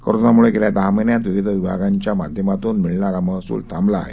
कोरोनामुळेगेल्यादहामहिन्यांतविविधविभागाच्यामाध्यमातूनमिळणारामहसूलथांबलाआहे